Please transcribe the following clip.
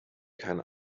keinen